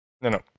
no